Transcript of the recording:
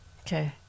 Okay